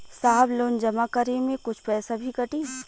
साहब लोन जमा करें में कुछ पैसा भी कटी?